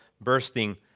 bursting